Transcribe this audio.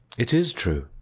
it is true.